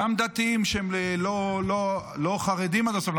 גם לדתיים שהם לא חרדים עד הסוף,